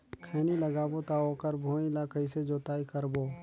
खैनी लगाबो ता ओकर भुईं ला कइसे जोताई करबो?